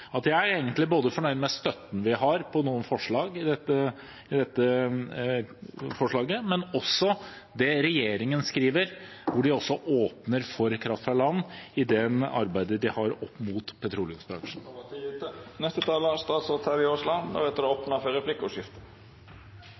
at jeg egentlig er fornøyd både med støtten vi har på noen forslag i denne saken, og med det regjeringen skriver om at de også åpner for kraft fra land i det arbeidet de har opp mot petroleumsbransjen. Regjeringen vil videreutvikle norsk petroleumsindustri og dermed legge til rette for